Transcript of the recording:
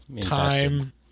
Time